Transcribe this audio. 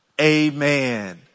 Amen